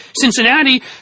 Cincinnati